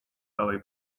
dalej